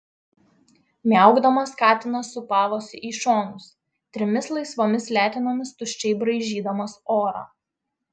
miaukdamas katinas sūpavosi į šonus trimis laisvomis letenomis tuščiai braižydamas orą